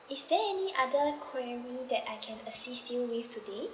is there any other quarry that I can assist you with today